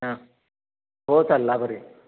हां हो चालेल आभारी आहे